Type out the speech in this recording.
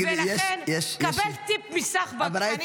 ולכן, קבל טיפ מסחבק.